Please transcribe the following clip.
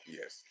Yes